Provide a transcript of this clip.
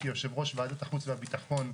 כיושב-ראש ועדת החוץ והביטחון,